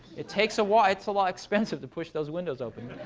it takes a while. it's a like expensive to push those windows open.